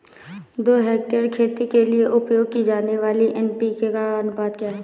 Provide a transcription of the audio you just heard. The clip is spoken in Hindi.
दो हेक्टेयर खेती के लिए उपयोग की जाने वाली एन.पी.के का अनुपात क्या है?